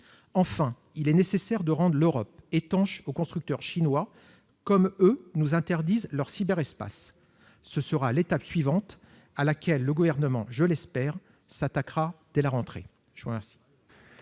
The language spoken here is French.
Enfin, il est nécessaire de rendre l'Europe étanche aux constructeurs chinois, comme eux nous interdisent leur cyberespace. Ce sera l'étape suivante à laquelle le Gouvernement, je l'espère, s'attaquera dès la rentrée.